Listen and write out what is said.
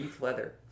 Leather